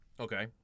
Okay